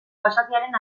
basatiaren